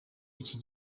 iki